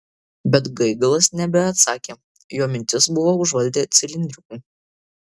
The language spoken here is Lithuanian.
bet gaigalas nebeatsakė jo mintis buvo užvaldę cilindriukai